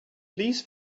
please